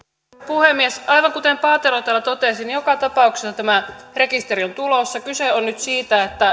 puhemies aivan kuten paatero täällä totesi joka tapauksessa tämä rekisteri on tulossa kyse on nyt siitä